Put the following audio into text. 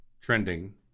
trending